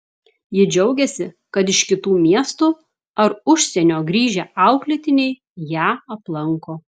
ji džiaugiasi kad iš kitų miestų ar užsienio grįžę auklėtiniai ją aplanko